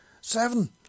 Seven